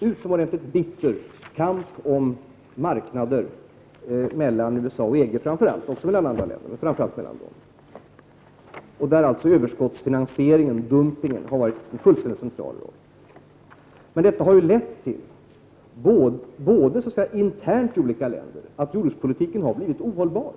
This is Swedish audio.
utomordentligt bitter kamp om marknader mellan framför allt USA och EG men även mellan andra länder, där överskottsfinansieringen, dumpningen, har varit en central fråga. Det har i de olika länderna internt lett till att jordbrukspolitiken har blivit ohållbar.